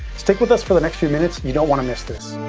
stick with us for the next few minutes. you don't wanna miss this.